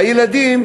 הילדים,